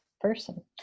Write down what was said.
person